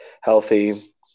healthy